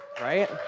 Right